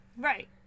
Right